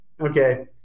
Okay